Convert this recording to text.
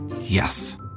Yes